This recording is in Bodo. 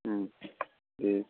देह